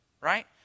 Right